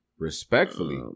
respectfully